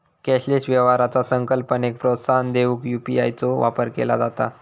cashless व्यवहाराचा संकल्पनेक प्रोत्साहन देऊक यू.पी.आय चो वापर केला जाता